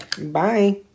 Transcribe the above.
Bye